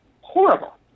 horrible